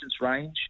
range